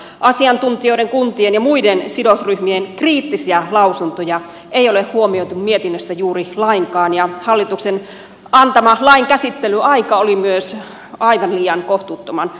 asiantuntijoiden kuntien ja muiden sidosryhmien kriittisiä lausuntoja ei ole huomioitu mietinnössä juuri lainkaan ja hallituksen antama lain käsittelyaika oli myös aivan liian kohtuuttoman lyhyt